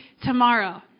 tomorrow